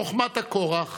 חוכמת הכורח